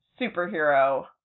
superhero